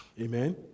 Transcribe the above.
Amen